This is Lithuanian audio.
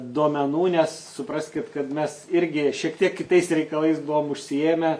duomenų nes supraskit kad mes irgi šiek tiek kitais reikalais buvom užsiėmę